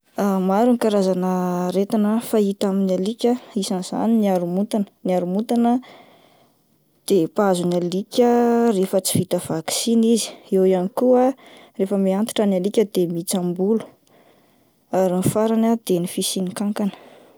Maro ny karazana aretina fahita amin'ny alika, isan'izany ny haromontana ,ny haromontana dia mpahazo ny alika rehefa tsy vita vaksiny izy, eo ihany koa ah rehefa miha antitra ny alika dia mihintsam-bolo, ary ny farany ah de ny fisian'ny kankana.